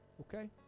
okay